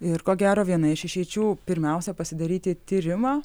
ir ko gero viena iš išeičių pirmiausia pasidaryti tyrimą